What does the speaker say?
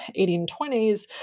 1820s